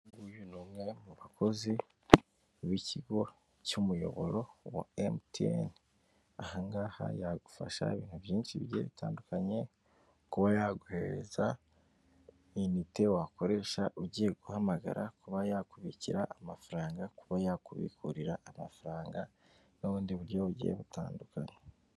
Uyu ni umwe mu bakozi b'ikigo cy'umuyoboro wa Emutiyeni, aha ngaha yagufasha ibintu byinshi bigiye bitandukanye, kuba yaguhereza inite wakoresha ugiye guhamagara, kuba yakubikira amafaranga, kuba ya kubikurira amafaranga n'ubundi buryo bugiye butandukanye.